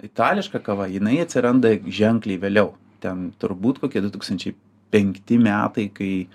itališka kava jinai atsiranda ženkliai vėliau ten turbūt kokie du tūkstančiai penkti metai kai